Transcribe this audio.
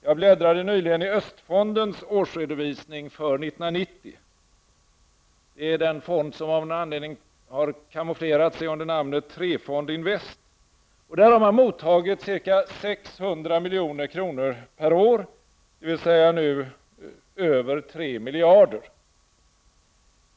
Jag bläddrade nyligen i Östfondens årsredovisning för 1990. Det är den fond som av någon anledning har kamoflerat sig under namnet Trefond Invest. Där har man mottagit ca 600 milj.kr. per år, dvs. nu över 3 miljarder kronor.